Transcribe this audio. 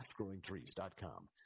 FastGrowingTrees.com